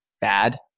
bad